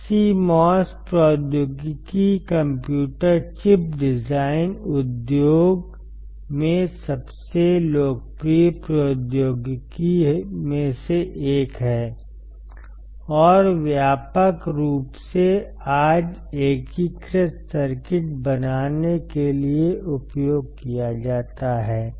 CMOS प्रौद्योगिकी computer chip design उद्योग में सबसे लोकप्रिय प्रौद्योगिकी में से एक है और व्यापक रूप से आज एकीकृत सर्किट बनाने के लिए उपयोग किया जाता है